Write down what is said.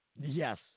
Yes